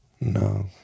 No